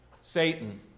Satan